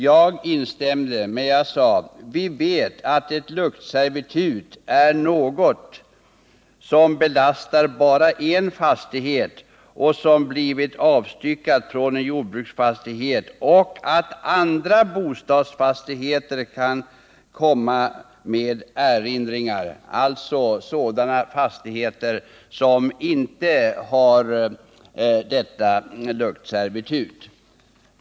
Jag instämde, men 39 jag sade att vi vet att ett luktservitut är något som belastar bara en fastighet som blivit avstyckad från en jordbruksfastighet och att andra bostadsfastigheter kan komma med erinringar — alltså sådana fastigheter som inte har detta luktservitut.